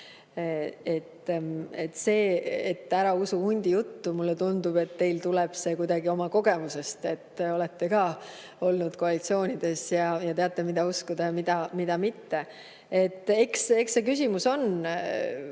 See, et ära usu hundi juttu – mulle tundub, et teil tuleb see kuidagi oma kogemusest. Te olete ka olnud koalitsioonides ja teate, mida uskuda ja mida mitte. Eks see küsimus on